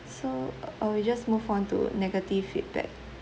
so uh we just move on to negative feedback